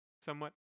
somewhat